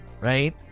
right